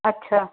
अच्छा